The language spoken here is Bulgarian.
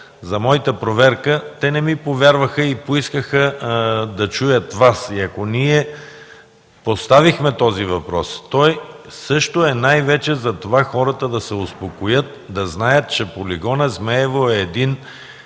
за моята проверка, те не ми повярваха и поискаха да чуят Вас. Ако ние поставихме този въпрос, то е най-вече за това хората да се успокоят, да знаят, че полигонът „Змейово” е един